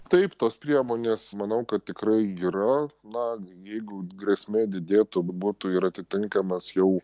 taip tos priemonės manau kad tikrai yra na jeigu grėsmė didėtų būtų ir atitinkamas jau